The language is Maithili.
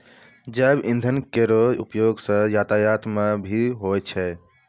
जैव इंधन केरो उपयोग सँ यातायात म भी होय छै